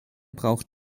braucht